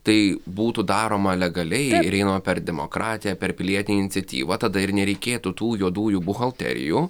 tai būtų daroma legaliai ir einama per demokratiją per pilietinę iniciatyvą tada ir nereikėtų tų juodųjų buhalterijų